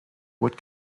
what